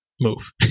move